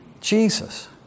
Jesus